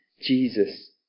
Jesus